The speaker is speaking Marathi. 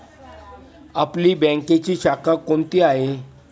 आपली बँकेची शाखा कोणती आहे